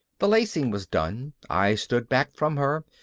the lacing was done. i stood back from her,